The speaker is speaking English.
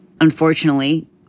unfortunately